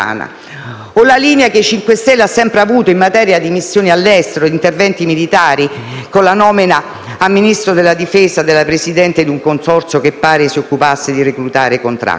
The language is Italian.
il MoVimento 5 Stelle ha sempre avuto in materia di missioni all'estero e interventi militari con la nomina a Ministro della difesa della presidente di un consorzio che pare si occupasse di reclutare i *contractor*?